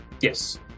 yes